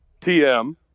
tm